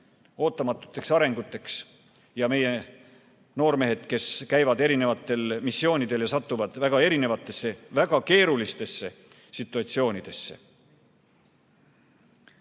ootamatute arengute korral. Meie noormehed, kes käivad missioonidel, satuvad väga erinevatesse, väga keerulistesse situatsioonidesse. Nii